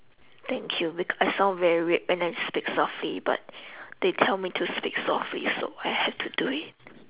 thank you beca~ I sound very weird when I speak softly but they tell me to speak softly so I have to do it